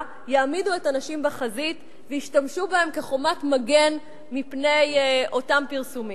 יעמידו את הנשים בחזית וישתמשו בהן כחומת מגן מפני אותם פרסומים.